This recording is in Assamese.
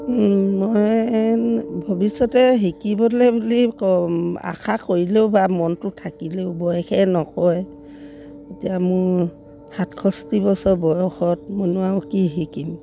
মই ভৱিষ্যতে শিকিবলে বুলি আশা কৰিলেও বা মনটো থাকিলেও বয়সে নকয় এতিয়া মোৰ সাতষষ্ঠি বছৰ বয়সত মইনো আৰু কি শিকিম